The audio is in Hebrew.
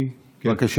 בבקשה.